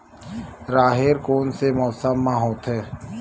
राहेर कोन से मौसम म होथे?